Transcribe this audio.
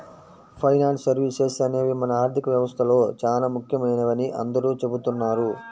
finance services అనేవి మన ఆర్థిక వ్యవస్థలో చానా ముఖ్యమైనవని అందరూ చెబుతున్నారు